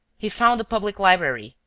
he found a public library,